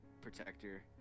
protector